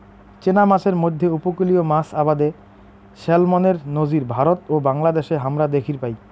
চেনা মাছের মইধ্যে উপকূলীয় মাছ আবাদে স্যালমনের নজির ভারত ও বাংলাদ্যাশে হামরা দ্যাখির পাই